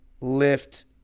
lift